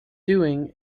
doing